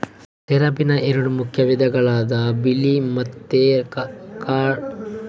ಸೆಣಬಿನ ಎರಡು ಮುಖ್ಯ ವಿಧಗಳಾದ ಬಿಳಿ ಮತ್ತೆ ಡಾರ್ಕ್ ಸೆಣಬನ್ನ ಭಾರತ, ಬಾಂಗ್ಲಾದೇಶ, ಥೈಲ್ಯಾಂಡ್, ಚೀನಾದಲ್ಲೆಲ್ಲ ಬೆಳೀತಾರೆ